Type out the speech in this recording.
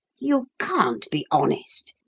you can't be honest.